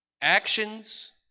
actions